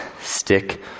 Stick